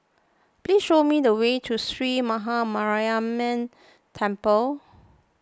please show me the way to Sree Maha Mariamman Temple